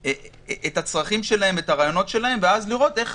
את הצרכים שלהם והרעיונות שלהם ואז לראות איך